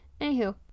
Anywho